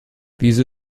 wieso